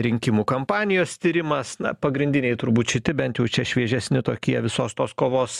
rinkimų kampanijos tyrimas na pagrindiniai turbūt šiti bent jau čia šviežesni tokie visos tos kovos